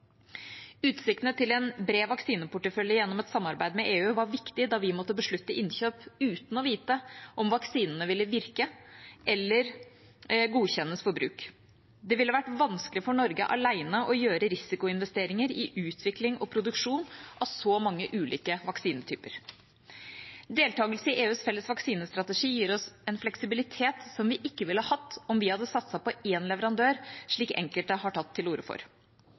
Utsiktene til en bred vaksineportefølje gjennom et samarbeid med EU var viktig da vi måtte beslutte innkjøp uten å vite om vaksinene ville virke eller godkjennes for bruk. Det ville vært vanskelig for Norge alene å gjøre risikoinvesteringer i utvikling og produksjon av så mange ulike vaksinetyper. Deltakelse i EUs felles vaksinestrategi gir oss en fleksibilitet som vi ikke ville hatt om vi hadde satset på én leverandør, slik enkelte har tatt til orde for.